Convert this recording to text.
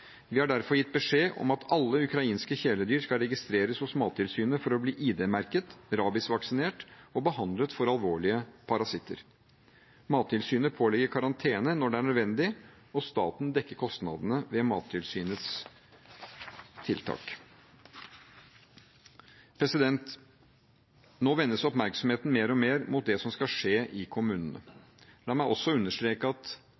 Vi har derfor gitt beskjed om at alle ukrainske kjæledyr skal registreres hos Mattilsynet for å bli ID-merket, rabies-vaksinert og behandlet for alvorlige parasitter. Mattilsynet pålegger karantene når det er nødvendig, og staten dekker kostnadene ved Mattilsynets tiltak. Nå vendes oppmerksomheten mer og mer mot det som skal skje i kommunene. La meg også understreke at